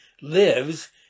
lives